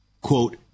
quote